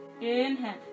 Inhale